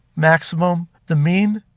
maximum, the mean,